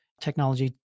technology